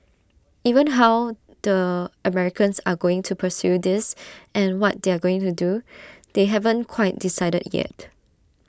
even how the Americans are going to pursue this and what they're going to do they haven't quite decided yet